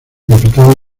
capital